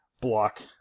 block